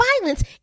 violence